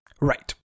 Right